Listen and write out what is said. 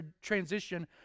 transition